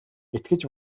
итгэж